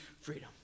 freedom